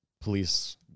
police